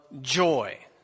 Joy